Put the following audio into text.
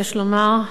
תודה,